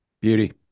beauty